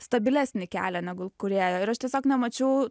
stabilesnį kelią negu kurėjo ir aš tiesiog nemačiau